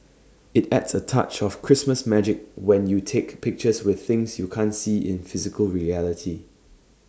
IT adds A touch of Christmas magic when you take pictures with things you can't see in physical reality